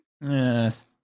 Yes